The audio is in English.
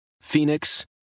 Phoenix